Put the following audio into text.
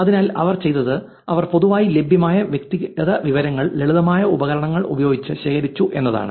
അതിനാൽ അവർ ചെയ്തത് അവർ പൊതുവായി ലഭ്യമായ വ്യക്തിഗത വിവരങ്ങൾ ലളിതമായ ഉപകരണങ്ങൾ ഉപയോഗിച്ച് ശേഖരിച്ചു എന്നതാണ്